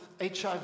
HIV